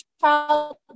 child